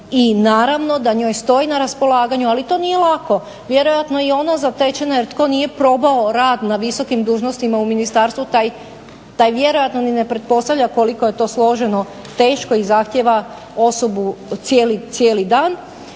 i naravno da njoj stoji na raspolaganju, ali to nije lako. Vjerojatno je i ona zatečena jer tko nije probao rad na visokim dužnostima u ministarstvu taj vjerojatno ni ne pretpostavlja koliko je to složeno, teško i zahtjeva osobu cijeli dan.